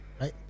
Right